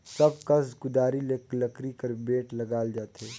सब कस कुदारी मे लकरी कर बेठ लगाल जाथे